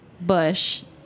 bush